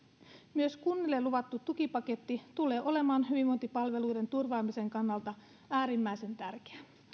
myös kunnille luvattu tukipaketti tulee olemaan hyvinvointipalveluiden turvaamisen kannalta äärimmäisen tärkeä